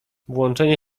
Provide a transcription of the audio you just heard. włączanie